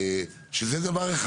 שזה דבר אחד.